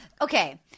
Okay